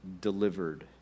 delivered